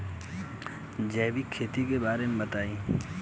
जैविक खेती के बारे में बताइ